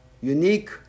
unique